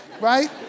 right